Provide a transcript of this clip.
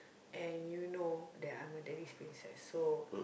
and you know that I'm a daddy's princess so